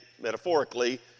metaphorically